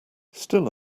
still